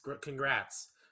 congrats